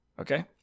Okay